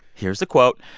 here's the quote.